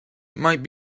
might